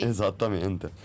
Esattamente